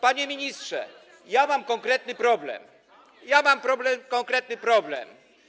Panie ministrze, ja mam konkretny problem - ja mam konkretny problem.